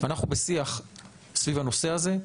אנחנו בשיח סביב הנושא הזה.